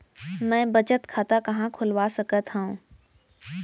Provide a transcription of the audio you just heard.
मै बचत खाता कहाँ खोलवा सकत हव?